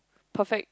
perfect